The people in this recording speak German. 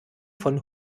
von